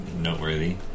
noteworthy